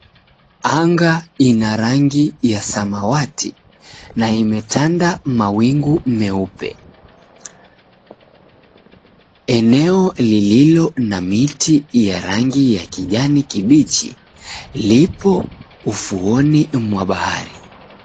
Anga ina rangi ya samawati na imetanda mawingu meupe. Eneo lililo na miti ya rangi ya kijani kibichi lipo ufuoni mwa bahari.